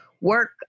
work